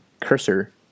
cursor